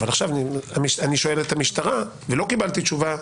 אבל עכשיו אני שואל את המשטרה ולא קיבלתי תשובה.